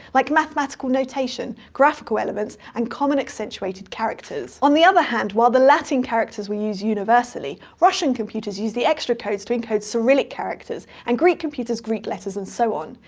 like mathematical notation, graphical elements, and common accented characters. on the other hand, while the latin characters were used universally, russian computers used the extra codes to encode cyrillic characters, and greek computers, greek letters, and so on.